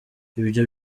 ibyo